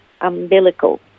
umbilical